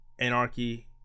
Anarchy